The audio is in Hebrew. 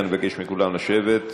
אני מבקש מכולם לשבת.